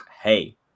hey